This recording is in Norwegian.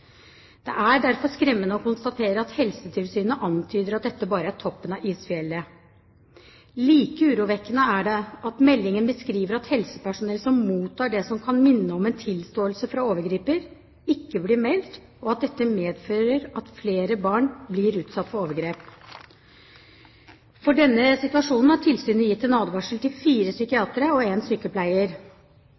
Det er derfor skremmende å konstatere at Helsetilsynet antyder at dette bare er toppen av isfjellet. Like urovekkende er det at meldingen beskriver at helsepersonell som mottar det som kan minne om en tilståelse fra en overgriper, ikke melder dette, og at dette medfører at flere barn blir utsatt for overgrep. For dette har tilsynet gitt en advarsel til fire psykiatere og en sykepleier.